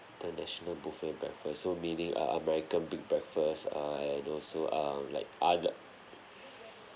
international buffet breakfast so meaning uh american big breakfast uh and also um like other